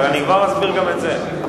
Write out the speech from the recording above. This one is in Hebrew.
אני כבר אסביר גם את זה.